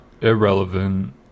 irrelevant